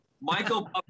Michael